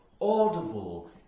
audible